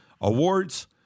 Awards